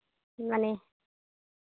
ᱢᱟᱱᱮ